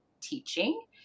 teaching